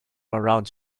around